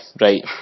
Right